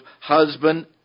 husband